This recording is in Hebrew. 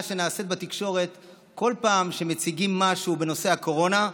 שנעשית בתקשורת כל פעם כשמציגים משהו בנושא הקורונה.